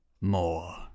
more